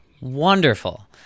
Wonderful